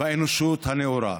באנושות הנאורה.